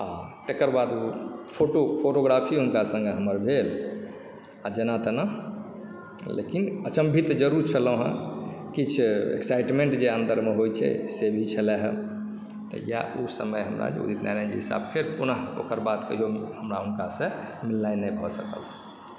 आ तकर बाद ओ फोटोग्राफी हुनका संगे हमर भेल आ जेना तेना लेकिन अचंभित जरूर छलहुँ हँ किछु एक्साइटमेंट जे अन्दरमे होयत छै से भी छलह तऽ या समय हमरा जे उदित नारायण जीसँ फेर पुनः ओकर बाद कहिओ हमरा हुनकासँ मिलनाइ नहि भऽ सकल